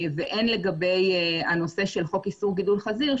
והן לגבי הנושא של חוק איסור גידול חזיר,